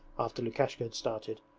after lukashka had started,